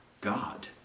God